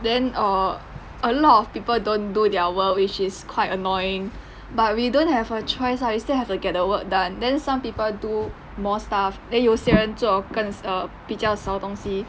then err a lot of people don't do their work which is quite annoying but we don't have a choice ah you still have to get work done then some people do more stuff then 有些人做更 err 比较少东西